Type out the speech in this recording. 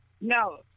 No